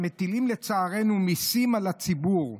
שמטילים לצערנו מיסים על הציבור.